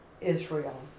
Israel